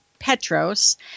Petros